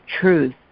truth